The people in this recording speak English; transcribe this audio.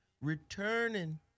returning